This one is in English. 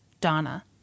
Donna